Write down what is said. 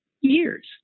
years